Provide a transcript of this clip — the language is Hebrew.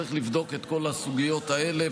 צריך לבדוק את כל הסוגיות האלה,